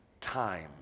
time